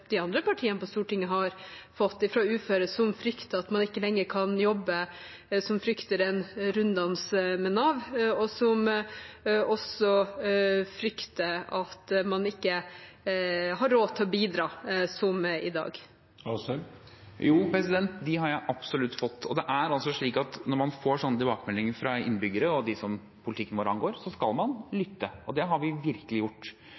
de andre partiene på Stortinget har fått fra uføre som frykter at man ikke lenger kan jobbe, som frykter en runddans med Nav, og som også frykter at man ikke har råd til å bidra som i dag. Jo, dem har jeg absolutt fått, og det er slik at når man får slike tilbakemeldinger fra innbyggere og dem som politikken vår angår, skal man lytte. Og det har vi virkelig gjort.